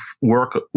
work